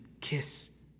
kiss